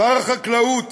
שר החקלאות,